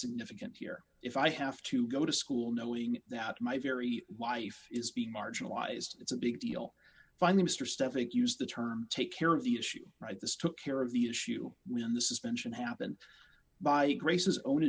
significant here if i have to go to school knowing that my very life is being marginalized it's a big deal finally mr step think use the term take care of the issue right this took care of the issue when the suspension happened by grace's own